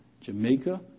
Jamaica